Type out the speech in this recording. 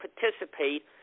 participate